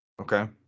okay